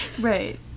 Right